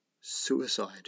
suicide